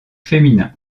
féminin